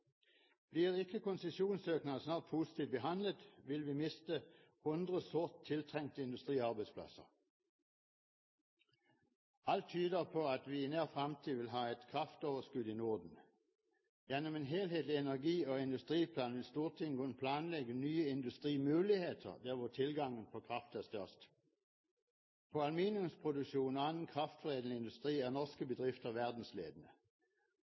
Blir ikke konsesjonssøknaden snart positivt behandlet, vil vi miste 100 sårt tiltrengte industriarbeidsplasser. Alt tyder på at vi i nær fremtid vil ha et kraftoverskudd i Norden. Gjennom en helhetlig energi- og industriplan vil Stortinget kunne planlegge nye industrimuligheter der hvor tilgangen på kraft er størst. På aluminiumsproduksjon og i annen kraftforedlende industri er norske bedrifter verdensledende.